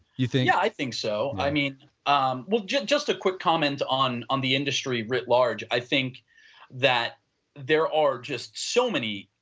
you think? yeah, i think so. i mean um just just a quick comment on on the industry writ large. i think that there are just so many,